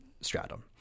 stratum